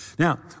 Now